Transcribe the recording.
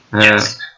Yes